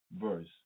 Verse